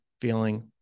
feeling